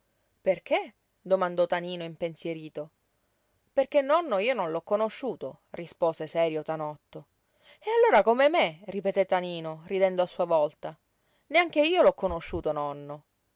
perché domandò tanino impensierito perché nonno io non l'ho conosciuto rispose serio tanotto e allora come me ripeté tanino ridendo a sua volta neanche io l'ho conosciuto nonno